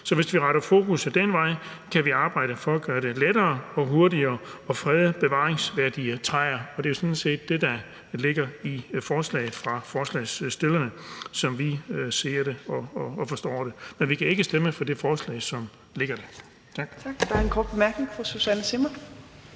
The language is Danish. Så hvis vi retter fokus den vej, kan vi arbejde for at gøre det lettere og hurtigere at frede bevaringsværdige træer, og det er jo sådan set det, der ligger i forslaget fra forslagsstillernes side, sådan som vi ser det og forstår det. Men vi kan ikke stemme for det forslag, som ligger her.